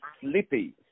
Sleepy